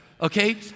okay